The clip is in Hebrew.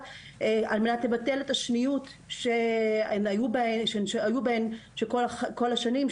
על מנת לבטל את השניות שהן היו בה כל השנים,